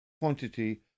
quantity